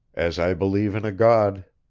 as i believe in a god.